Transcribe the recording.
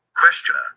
Questioner